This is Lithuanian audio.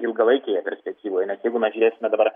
ilgalaikėje perspektyvoje nes jeigu mes žiūrėsime dabar